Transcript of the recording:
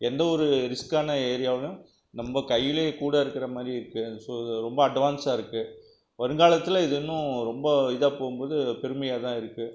எந்த ஒரு ரிஸ்க்கான ஏரியாவுலேயும் நம்ம கையிலேயே கூட இருக்கிற மாதிரி இருக்கு ஸோ ரொம்ப அட்வான்ஸாக இருக்கு வருங்காலத்தில் இது இன்னும் ரொம்ப இதாக போகும்போது பெருமையாகதான் இருக்கு